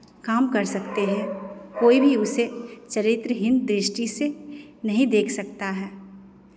काम कर सकते हैं कोई भी उसे चरित्रहीन दृष्टि से नहीं देख सकता है